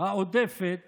העודפת